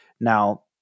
Now